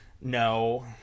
No